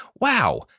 Wow